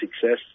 success